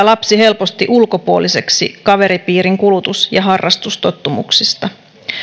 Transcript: lapsi helposti ulkopuoliseksi kaveripiirin kulutus ja harrastustottumuksista